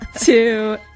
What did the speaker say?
two